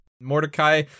Mordecai